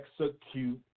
execute